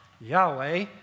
Yahweh